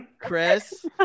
Chris